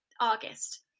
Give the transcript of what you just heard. August